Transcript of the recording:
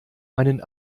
meinen